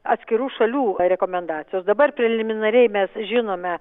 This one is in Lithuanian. atskirų šalių rekomendacijos dabar preliminariai mes žinome